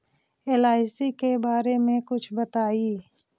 LIC के बारे मे कुछ बताई?